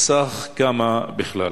מסך כמה בכלל?